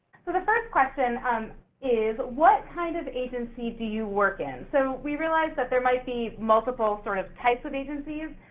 so the first question um is what kind of agency do you work in? so we realize that there might be multiple sort of types of agencies.